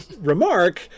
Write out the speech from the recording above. remark